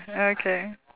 okay